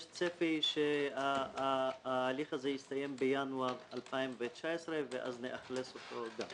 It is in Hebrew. יש צפי שההליך הזה יסתיים בינואר 2019 ואז נאכלס גם אותו.